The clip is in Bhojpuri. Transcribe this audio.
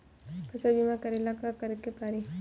फसल बिमा करेला का करेके पारी?